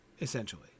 essentially